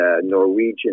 Norwegian